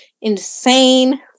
insane